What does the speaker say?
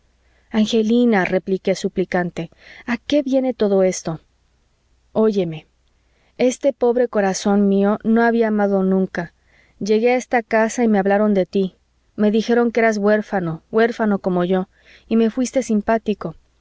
angelina repliqué suplicante a qué viene todo eso oyeme este pobre corazón mío no había amado nunca llegué a esta casa y me hablaron de tí me dijeron que eras huérfano huérfano como yo y me fuiste simpático